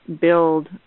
build